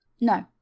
No